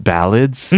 Ballads